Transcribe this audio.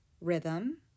rhythm